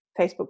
Facebook